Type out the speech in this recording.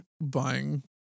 buying